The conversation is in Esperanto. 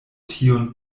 tiun